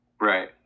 Right